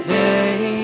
day